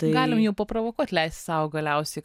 galim jau paprovokuot leisti sau galiausiai